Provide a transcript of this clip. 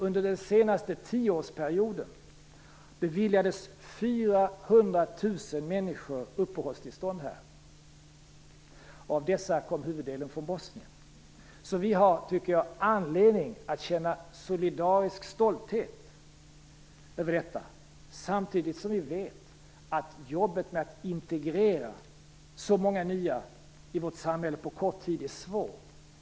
Under den senaste tioårsperioden beviljades 400 000 människor uppehållstillstånd i Sverige. Av dessa kom huvuddelen från Bosnien. Vi har anledning att känna solidarisk stolthet över detta. Samtidigt vet vi att jobbet med att integrera så många nya i vårt samhälle på kort tid är svår.